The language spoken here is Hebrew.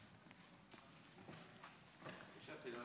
חברת הכנסת טטיאנה